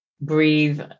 breathe